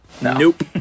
Nope